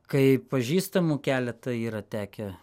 kai pažįstamų keleta yra tekę